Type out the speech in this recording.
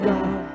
God